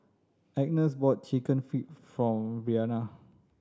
Agness bought Chicken Feet for Brianna